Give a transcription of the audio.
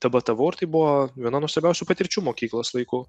debatavau ir tai buvo viena nuostabiausių patirčių mokyklos laikų